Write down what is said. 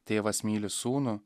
tėvas myli sūnų